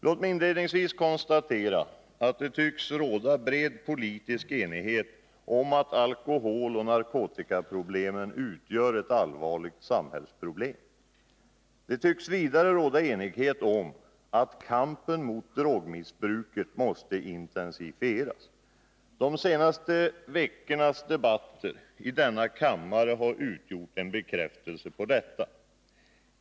Låt mig inledningsvis konstatera att det tycks råda bred politisk enighet om att alkoholoch narkotikamissbruket utgör ett allvarligt samhällsproblem. Det tycks vidare råda enighet om att kampen mot drogmissbruket måste intensifieras. De senaste veckornas debatter i denna kammare har utgjort en bekräftelse på detta.